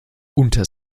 unter